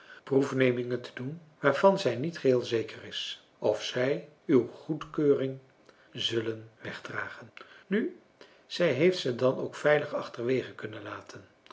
proefnemingen te doen waarvan zij niet geheel zeker is of zij uw goedkeuring zullen wegdragen nu zij heeft ze dan ook veilig achterwege kunnen laten